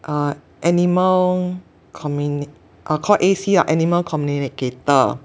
uh animal communi~ uh called A_C or animal communicator